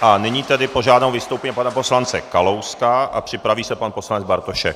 A nyní požádám o vystoupení pana poslance Kalouska a připraví se pan poslanec Bartošek.